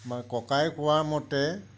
ককাই কোৱা মতে